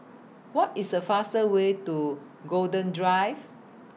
What IS The faster Way to Golden Drive